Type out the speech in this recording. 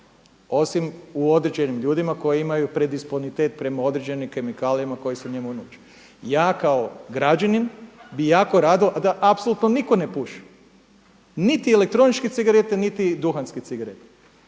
osim u određenim ljudima koji imaju predisponitet prema određenim kemikalijama koje su …/Govornik se ne razumije./…. Ja kao građanin bi jako rado a da apsolutno nitko ne puši, niti elektroničke cigarete, niti duhanske cigarete.